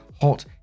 hot